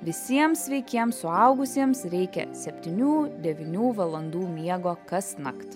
visiems sveikiems suaugusiems reikia septynių devynių valandų miego kasnakt